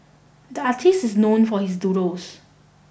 the artist is known for his doodles